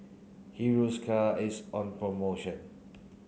Hiruscar is on promotion